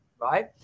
Right